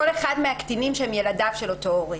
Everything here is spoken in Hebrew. אחד מהקטינים שהם ילדיו של אותו הורה.